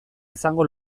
izango